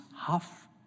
half